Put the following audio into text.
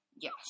Yes